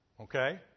Okay